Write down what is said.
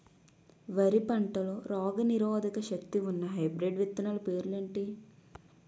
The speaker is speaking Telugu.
వరి పంటలో రోగనిరోదక శక్తి ఉన్న హైబ్రిడ్ విత్తనాలు పేర్లు ఏంటి?